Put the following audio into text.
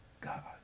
God